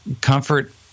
Comfort